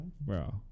Bro